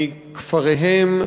מכפריהם,